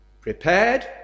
Prepared